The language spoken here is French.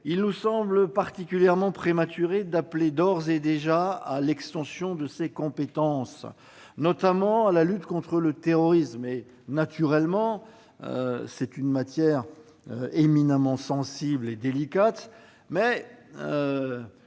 il me semble particulièrement prématuré d'appeler d'ores et déjà à l'extension de ses compétences, notamment à la lutte contre le terrorisme, matière éminemment sensible et délicate. Nous